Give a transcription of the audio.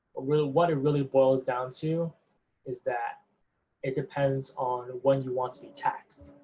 really what it really boils down to is that it depends on when you want to be taxed.